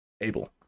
Abel